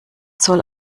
zoll